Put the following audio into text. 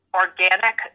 organic